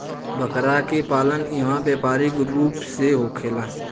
बकरा के पालन इहवा व्यापारिक रूप से होखेला